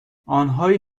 آنهایی